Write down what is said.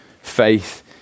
faith